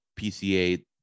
PCA